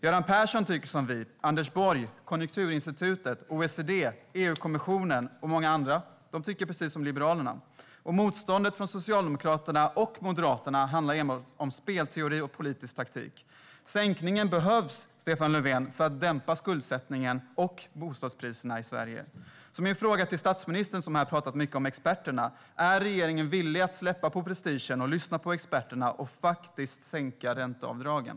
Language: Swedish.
Göran Persson tycker som vi. Anders Borg, Konjunkturinstitutet, OECD, EU-kommissionen och många andra tycker precis som Liberalerna. Motståndet från Socialdemokraterna och Moderaterna handlar enbart om spelteori och politisk taktik. Sänkningen behövs, Stefan Löfven, för att dämpa skuldsättningen och bostadspriserna i Sverige. Därför är min fråga till statsministern, som här har talat mycket om experterna: Är regeringen villig att släppa på prestigen, lyssna på experterna och faktiskt sänka ränteavdragen?